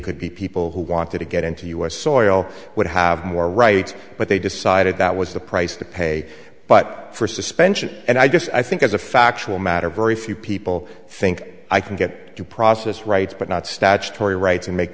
could be people who wanted to get into u s soil would have more rights but they decided that was the price to pay but for suspension and i just i think as a factual matter very few people think i can get due process rights but not statutory rights and make